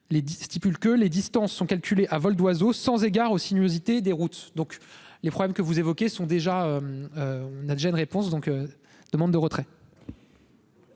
les distances sont calculées à vol d'oiseau sans égard aux sinuosités des routes, donc les problèmes que vous évoquez sont déjà. On a déjà une réponse donc. Demande de retrait.